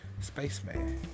spaceman